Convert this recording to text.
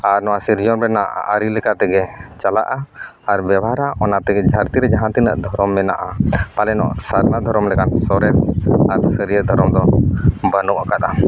ᱟᱨ ᱱᱚᱣᱟ ᱥᱤᱨᱡᱚᱱ ᱨᱮᱱᱟᱜ ᱟᱹᱨᱤ ᱞᱮᱠᱟ ᱛᱮᱜᱮ ᱪᱟᱞᱟᱜᱼᱟ ᱟᱨ ᱵᱮᱣᱦᱟᱨᱟ ᱚᱱᱟ ᱛᱮᱜᱮ ᱫᱷᱟᱹᱨᱛᱤᱨᱮ ᱡᱟᱦᱟᱸ ᱛᱤᱱᱟᱹᱜ ᱫᱷᱚᱨᱚᱢ ᱢᱮᱱᱟᱜᱼᱟ ᱯᱟᱞᱮᱱᱚᱜ ᱥᱟᱨᱱᱟ ᱫᱷᱚᱨᱚᱢ ᱞᱮᱠᱟᱱ ᱥᱚᱨᱮᱥ ᱟᱨ ᱥᱟᱹᱨᱭᱟᱹ ᱫᱷᱚᱨᱚᱢ ᱫᱚ ᱵᱟᱹᱱᱩᱜ ᱟᱠᱟᱫᱼᱟ